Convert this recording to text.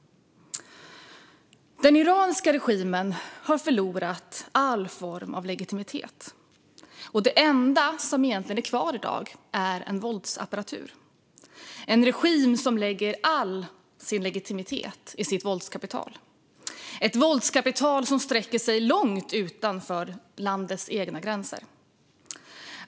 Den iranska regimen har förlorat all form av legitimitet. Det enda som egentligen är kvar i dag är en våldsapparatur och en regim som lägger hela sin legitimitet i sitt våldskapital. Det är ett våldskapital som sträcker sig långt utanför landets egna gränser.